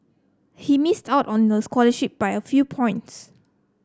he missed out on the scholarship by a few points